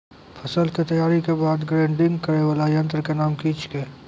फसल के तैयारी के बाद ग्रेडिंग करै वाला यंत्र के नाम की छेकै?